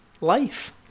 life